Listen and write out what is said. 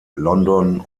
london